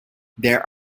there